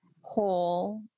whole